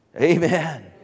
Amen